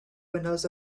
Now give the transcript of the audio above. windows